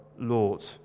Lord